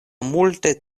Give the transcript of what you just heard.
multe